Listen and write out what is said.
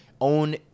own